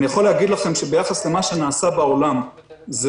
אני יכול להגיד לכם שביחס למה שנעשה בעולם זה